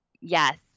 Yes